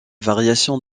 variations